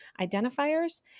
identifiers